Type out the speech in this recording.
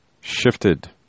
shifted